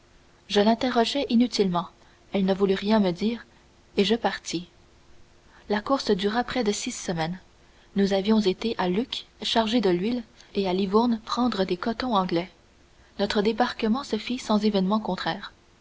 je l'interrogeais inutilement elle ne voulut rien me dire et je partis la course dura près de six semaines nous avions été à lucques charger de l'huile et à livourne prendre des cotons anglais notre débarquement se fit sans événement contraire